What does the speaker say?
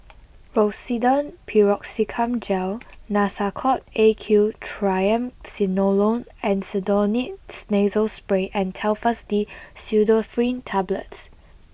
Rosiden Piroxicam Gel Nasacort A Q Triamcinolone Acetonide Nasal Spray and Telfast D Pseudoephrine Tablets